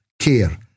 care